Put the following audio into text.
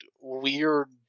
weird